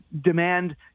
demand